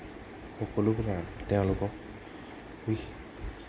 সকলোবিলাক তেওঁলোকক